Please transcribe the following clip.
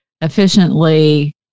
Efficiently